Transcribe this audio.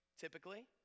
Typically